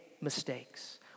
mistakes